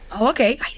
Okay